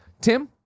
Tim